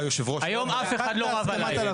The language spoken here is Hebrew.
היום אף אחד לא רב עליי.